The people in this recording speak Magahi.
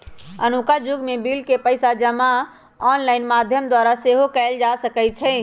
अखुन्का जुग में बिल के पइसा जमा ऑनलाइन माध्यम द्वारा सेहो कयल जा सकइत हइ